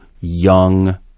young